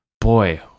boy